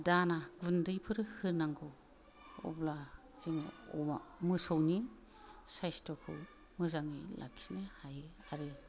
दाना गुन्दैफोर होनांगौ अब्ला जों अमा मोसौनि साइसथ'खौ मोजाङै लाखिनो हायो आरो